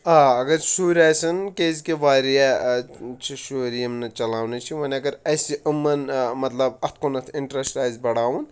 آ اگر شُرۍ آسن کیازِ کہ واریاہ چھِ شُرۍ یِم نہٕ چَلاونٕے چھِ وۄنۍ اگر اَسہِ یِمَن مطلب اَتھ کُنَتھ اِنٹرٛسٹ آسہِ بَڑاوُن